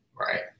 right